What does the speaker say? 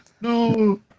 no